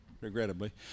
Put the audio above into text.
Regrettably